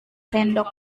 sendok